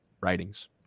writings